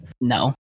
No